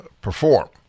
perform